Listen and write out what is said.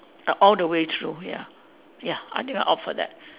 uh all the way through ya ya I think I'll offer that